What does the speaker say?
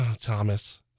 Thomas